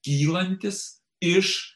kylantis iš